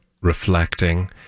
reflecting